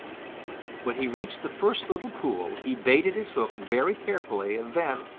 when he reached the first little pool he baited his hook very carefully and then,